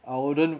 I wouldn't